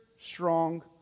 strong